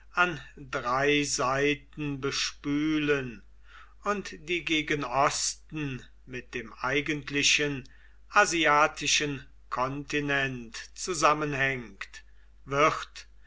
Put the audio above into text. an drei seiten bespülen und die gegen osten mit dem eigentlichen asiatischen kontinent zusammenhängt wird